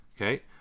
okay